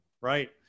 right